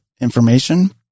information